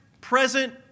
present